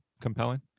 compelling